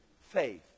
faith